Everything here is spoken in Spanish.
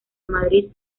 madrid